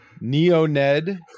Neo-Ned